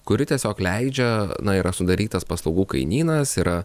kuri tiesiog leidžia na yra sudarytas paslaugų kainynas yra